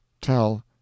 tell